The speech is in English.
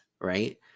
right